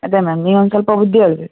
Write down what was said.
ಅದೇ ಮ್ಯಾಮ್ ನೀವೊಂದು ಸ್ವಲ್ಪ ಬುದ್ಧಿ ಹೇಳ್ಬೇಕು